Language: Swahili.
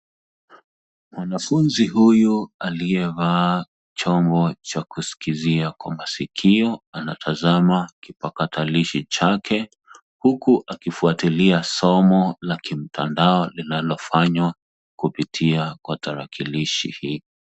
Mwanafunzi huyu aliyevaa chombo cha kusikizia kwa masikio, anatazama kipakatalishi chake, huku akifuatilia somo la kimtandao linalofanywa kupitia kwa tarakilishi hii.